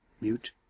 mute